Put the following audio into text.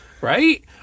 right